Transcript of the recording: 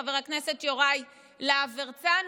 חבר הכנסת יוראי להב הרצנו?